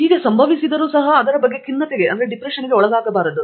ಆದರೆ ಅದು ಸಂಭವಿಸಿದರೂ ಸಹ ಅದರ ಬಗ್ಗೆ ಖಿನ್ನತೆಗೆ ಒಳಗಾಗಬಾರದು